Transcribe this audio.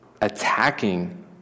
attacking